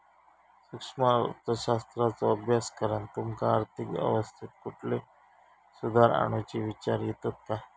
सूक्ष्म अर्थशास्त्राचो अभ्यास करान तुमका आर्थिक अवस्थेत कुठले सुधार आणुचे विचार येतत काय?